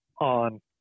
on